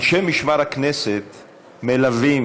אנשי משמר הכנסת מלווים,